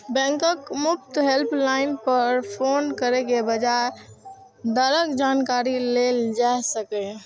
बैंकक मुफ्त हेल्पलाइन पर फोन कैर के ब्याज दरक जानकारी लेल जा सकैए